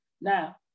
now